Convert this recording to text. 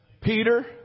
Peter